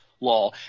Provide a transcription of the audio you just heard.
law